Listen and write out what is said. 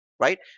right